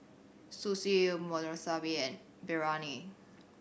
Sushi Monsunabe and Biryani